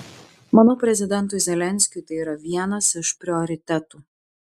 manau prezidentui zelenskiui tai yra vienas iš prioritetų